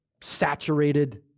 saturated